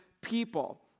people